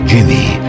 Jimmy